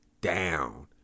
down